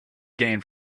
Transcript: gained